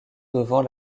devant